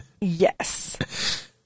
Yes